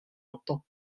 longtemps